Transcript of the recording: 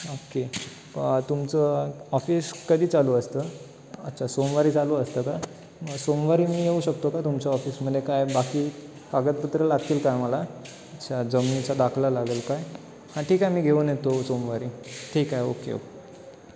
okay तुमचं office कधी चालू असतं अच्छा सोमवारी चालू असतं का मग सोमवारी मी येऊ शकतो का तुमच्या ऑफिसमध्ये काय बाकी कागदपत्रं लागतील का मला अच्छा जमिनीचा दाखला लागंल काय हां ठीक आहे मी घेऊन येतो सोमवारी ठीक आहे ओके ओके